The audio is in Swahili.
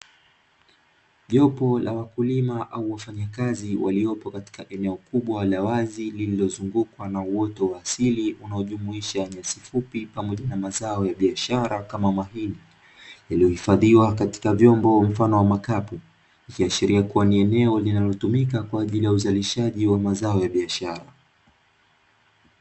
Jopo la wakulima au wafanyakazi waliopo katika eneo kubwa la wazi lililozungukwa na uoto wa asili, unaojumuisha nyasi fupi pamoja na mazao ya biashara kama mahindi, yaliyohifadhiwa katika vyombo mfano wa makapu, ikiashiria kuwa ni eneo linalotumika kwa ajili ya uzalishaji wa mazao ya biashara.